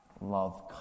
love